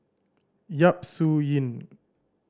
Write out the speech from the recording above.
Yap Su Yin